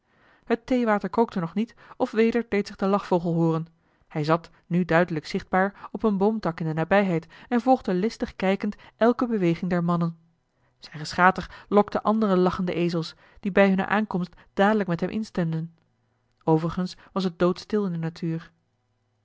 het theewater kookte nog niet of weder deed zich de lachvogel hooren hij zat nu duidelijk zichtbaar op een boomtak in de nabijheid en volgde listig kijkend elke beweging der mannen zijn geschater lokte andere lachende ezels die bij hunne aankomst dadelijk met hem instemden overigens was het doodstil in de natuur